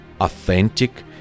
authentic